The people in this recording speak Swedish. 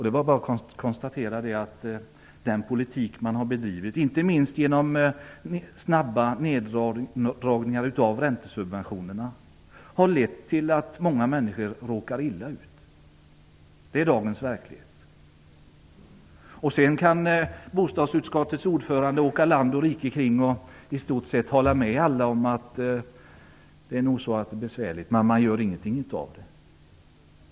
Det är bara att konstatera att den politik man har bedrivit, inte minst genom snabba neddragningar av räntesubventionerna, har lett till att många människor råkar illa ut. Det är dagens verklighet. Bostadsutskottets ordförande kan åka land och rike kring och i stort sett hålla med alla om att det är besvärligt. Men man gör inget åt det.